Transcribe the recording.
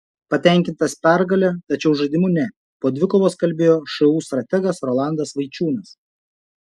patenkintas pergale tačiau žaidimu ne po dvikovos kalbėjo šu strategas rolandas vaičiūnas